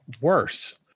worse